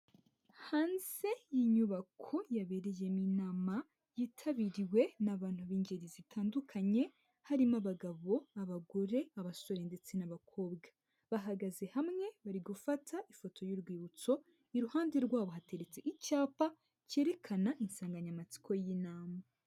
Hanze y'inyubako yabereyemo inama, yitabiriwe n'abantu b'ingeri zitandukanye, harimo abagabo, abagore, abasore ndetse n'abakobwa. Bahagaze hamwe, bari gufata ifoto y'urwibutso, iruhande rwabo hateretse icyapa cyerekana insanganyamatsiko y'inama.